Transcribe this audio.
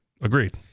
Agreed